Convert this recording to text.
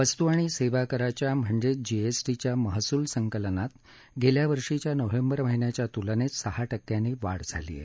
वस्तू आणि सेवा कराच्या म्हणजेच जीएसटीच्या महसूल संकलनात गेल्या वर्षीच्या नोव्हेंबर महिन्याच्या तुलनेत सहा टक्क्यांनी वाढ झाली आहे